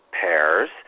pairs